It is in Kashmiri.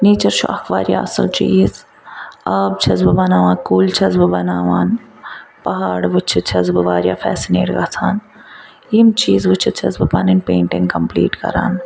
نیچَر چھُ اکھ واریاہ اصٕل چیٖز آب چھَس بہٕ بناوان کُلۍ چھَس بہٕ بناوان پہاڑ وٕچھِتھ چھَس بہٕ واریاہ فیسِنیٹ گَژھان یِم چیٖز وٕچھِتھ چھَس بہٕ پَنٕنۍ پینٛٹِنٛگ کَمپلیٖٹ کَران